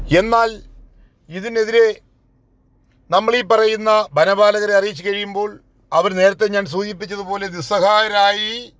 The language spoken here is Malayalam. എന്നാൽ ഇതിനെതിരെ നമ്മൾ ഈ പറയുന്ന വനപാലകരെ അറിയിച്ച് കഴിയുമ്പോൾ അവർ നേരത്തെ ഞാൻ സൂചിപ്പിച്ചതുപോലെ നിസ്സഹായരായി